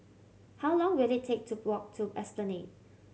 how long will it take to walk to Esplanade